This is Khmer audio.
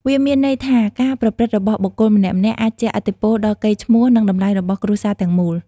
វាមានន័យថាការប្រព្រឹត្តរបស់បុគ្គលម្នាក់ៗអាចជះឥទ្ធិពលដល់កេរ្តិ៍ឈ្មោះនិងតម្លៃរបស់គ្រួសារទាំងមូល។